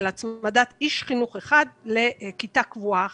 הצמדת איש חינוך אחד לכיתה קבועה אחת.